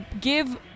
give